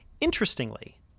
Interestingly